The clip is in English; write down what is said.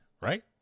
right